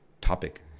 topic